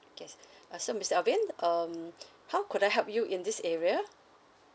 K yes uh so mister alvin um how could I help you in this area